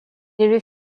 est